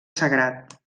sagrat